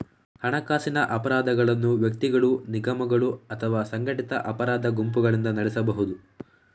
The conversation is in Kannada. ಹಣಕಾಸಿನ ಅಪರಾಧಗಳನ್ನು ವ್ಯಕ್ತಿಗಳು, ನಿಗಮಗಳು ಅಥವಾ ಸಂಘಟಿತ ಅಪರಾಧ ಗುಂಪುಗಳಿಂದ ನಡೆಸಬಹುದು